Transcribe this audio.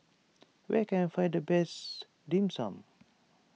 where can I find the best Dim Sum